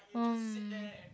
mm